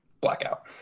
Blackout